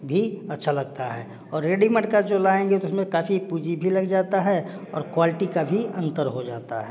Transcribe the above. भी अच्छा लगता है और रेडीमेट का जो लाएँगे तो उस में काफ़ी पूँजी भी लग जाता है और क्वालटी का भी अन्तर हो जाता है